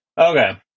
Okay